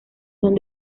son